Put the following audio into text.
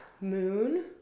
moon